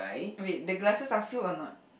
wait the glasses are full or not